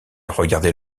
regardait